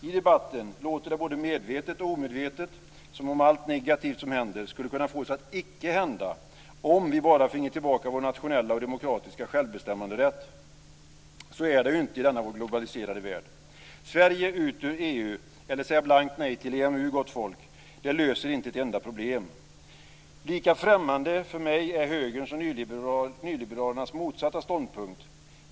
I debatten låter det både medvetet och omedvetet som om allt negativt som händer skulle kunna fås att icke hända om vi bara finge tillbaka vår nationella och demokratiska självbestämmanderätt. Så är det ju inte i denna vår globaliserade värld. Sverige ut ur EU, eller att säga blankt nej till EMU, gott folk, löser inte ett enda problem. Lika främmande för mig är högerns och nyliberalernas motsatta ståndpunkt.